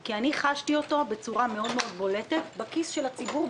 כי חשתי אותו בצורה מאוד-מאוד בולטת בכיס של הציבור,